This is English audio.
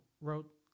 wrote